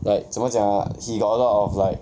like 怎么讲 ah he got a lot of like